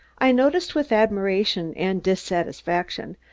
i noticed with admiration and dissatisfaction,